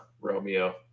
romeo